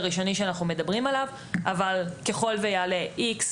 אבל ככל ויעלה X ואנחנו נעריך ביחד עם